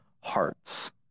hearts